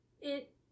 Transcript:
It-